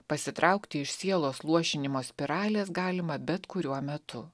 pasitraukti iš sielos luošinimo spiralės galima bet kuriuo metu